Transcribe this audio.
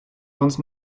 sonst